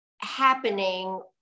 happening